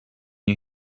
you